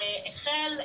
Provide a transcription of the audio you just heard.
שהחל,